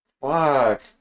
Fuck